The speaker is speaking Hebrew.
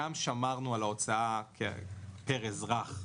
גם שמרנו על ההוצאה פר אזרח,